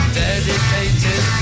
dedicated